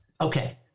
okay